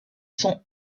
sont